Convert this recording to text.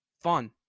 Fun